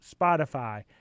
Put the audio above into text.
Spotify